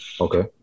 Okay